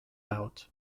out